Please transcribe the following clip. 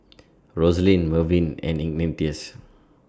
Roselyn Mervyn and Ignatius